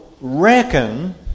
reckon